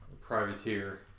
privateer